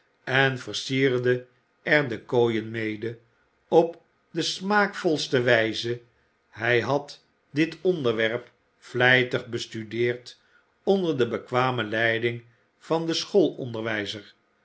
en versierde er de kooien mede op de smaakvolste wijze hij had dit onderwerp vlijtig bestudeerd onder de bekwame leiding van den